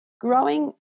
growing